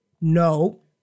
no